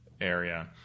area